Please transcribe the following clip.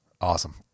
Awesome